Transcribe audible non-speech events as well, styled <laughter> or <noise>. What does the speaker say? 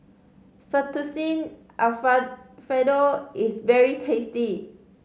Fettuccine <unintelligible> Fredo is very tasty